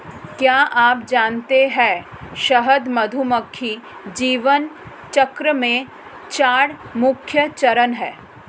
क्या आप जानते है शहद मधुमक्खी जीवन चक्र में चार मुख्य चरण है?